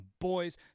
boys